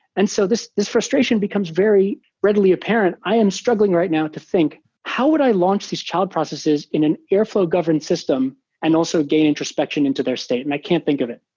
and so this this frustration becomes very readily apparent. i am struggling right now to think how would i launch this child processes in an airflow governed system and also gain introspection into their state? and i can't think of it.